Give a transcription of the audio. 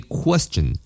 question